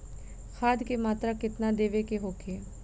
खाध के मात्रा केतना देवे के होखे?